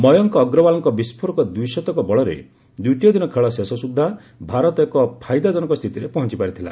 ମୟଙ୍କ ଅଗ୍ରୱାଲଙ୍କ ବିସ୍ଫୋରକ ଦ୍ୱିଶତକ ବଳରେ ଦ୍ୱିତୀୟ ଦିନ ଖେଳ ଶେଷ ସୁଦ୍ଧା ଭାରତ ଏକ ଫାଇଦାଜନକ ସ୍ଥିତିରେ ପହଞ୍ଚ ପାରିଥିଲା